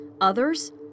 Others